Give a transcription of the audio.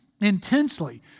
intensely